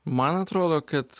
man atrodo kad